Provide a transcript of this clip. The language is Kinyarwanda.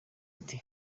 ati